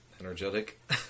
Energetic